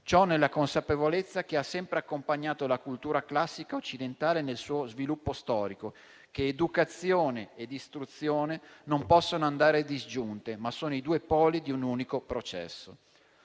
Ciò nella consapevolezza che ha sempre accompagnato la cultura classica occidentale nel suo sviluppo storico che educazione ed istruzione non possono andare disgiunte, ma sono i due poli di un unico processo.